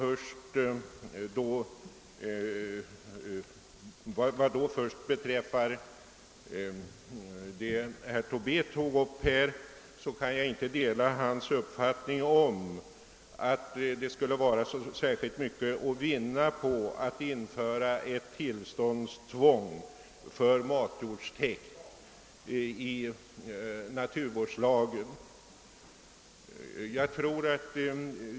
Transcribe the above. Med anledning av herr Tobés anförande vill jag framhålla att jag inte kan dela hans uppfattning att det finns fördelar att vinna på införande av ett tillståndstvång för matjordstäkt i naturvårdslagen.